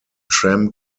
tram